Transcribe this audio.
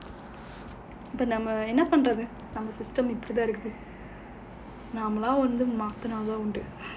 இப்ப நம்ம என்ன பண்றது நம்ம:ippa namma enna pandrathu namma system இப்டி தான் இருக்கு நம்மளா வளந்து மாத்துன தான் உண்டு:ipdi thaan irukku nammalaa valanthu maathuna thaan undu